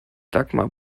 dagmar